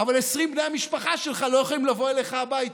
אבל 20 בני המשפחה שלך לא יכולים לבוא אליך הביתה?